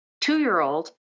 two-year-old